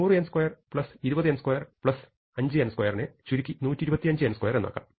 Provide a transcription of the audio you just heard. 100n2 20n2 5n2 നെ ചുരുക്കി 125n2 എന്നാക്കാം